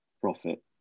profit